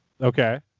Okay